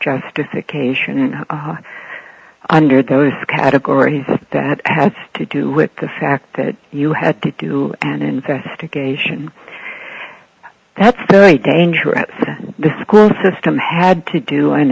justification under those categories that has to do with the fact that you had to do an investigation that's very dangerous at the school system had to do an